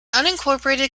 unincorporated